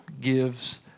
gives